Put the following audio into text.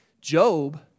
Job